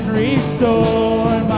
restore